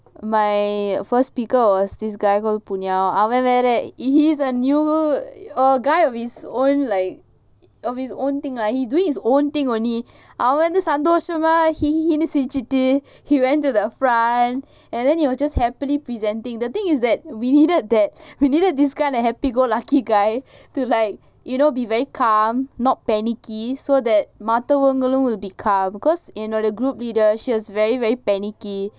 my first speaker was this guy called punya அவவேற:ava vera he is a new a guy of his own like of his own thing lah he doing his own thing only அவவந்துசந்தோசமா:ava vandhu sandhosama he சிரிச்சிட்டு:sirichitu he went to the front and then he was just happily presenting the thing is that we needed that we needed this kind of happy go lucky guy to like you know be very calm not panicky so that மத்தவங்களும்:maththavangalum will be calm because என்னோட:ennoda group leader she was very very panicky